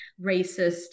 racist